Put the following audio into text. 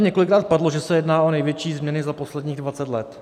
Několikrát tady padlo, že se jedná o největší změny za posledních 20 let.